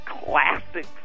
Classic